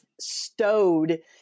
stowed